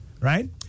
right